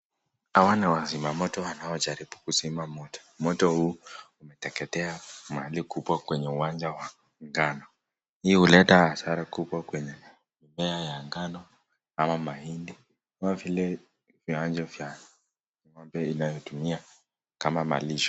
Hawa ni wazimamoto wanaojaribu kuzima moto. Moto huu umeteketea mahali kubwa kwenye uwanja wa ngano. Hii huleta hasara kubwa kwenye mimea ya ngano ama mahindi au vile viwanja vya ng'ombe inayotumia kama malisho.